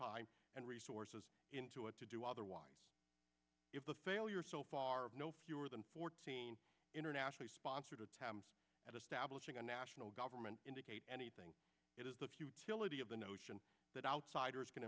time and resources into it to do otherwise if the failure so far no fewer than fourteen internationally sponsored attempts at establishing a national government indicate anything it is the futility of the notion that outsiders can